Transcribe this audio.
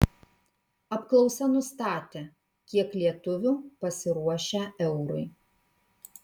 apklausa nustatė kiek lietuvių pasiruošę eurui